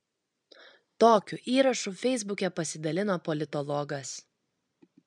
tokiu įrašu feisbuke pasidalino politologas